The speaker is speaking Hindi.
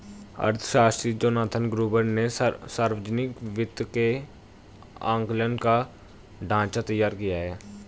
अर्थशास्त्री जोनाथन ग्रुबर ने सावर्जनिक वित्त के आंकलन का ढाँचा तैयार किया है